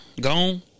Gone